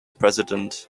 president